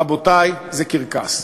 רבותי, זה קרקס.